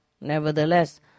nevertheless